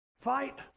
fight